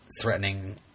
threatening